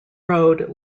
road